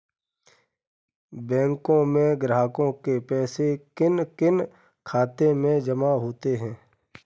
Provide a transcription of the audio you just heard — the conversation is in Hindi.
बैंकों में ग्राहकों के पैसे किन किन खातों में जमा होते हैं?